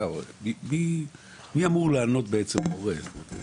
מי אמור לענות בעצם להורה?